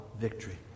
victory